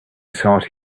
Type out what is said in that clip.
sought